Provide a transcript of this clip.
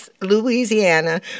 Louisiana